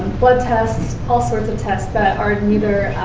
blood tests all sorts of tests that are neither